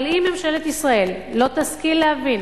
אם ממשלת ישראל לא תשכיל להבין